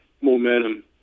momentum